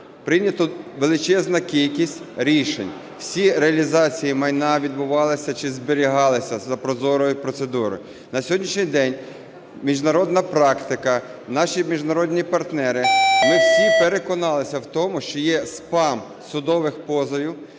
прийнята величезна кількість рішень. Всі реалізації майна відбувались чи зберігались за прозорою процедурою. На сьогоднішній день міжнародна практика, наші міжнародні партнери, ми всі переконалися в тому, що є спам судових позовів.